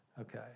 Okay